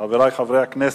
חברי חברי הכנסת,